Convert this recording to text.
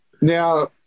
Now